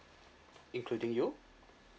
including you